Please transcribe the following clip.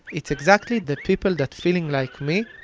it's exactly the people that feeling like me,